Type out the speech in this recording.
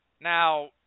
Now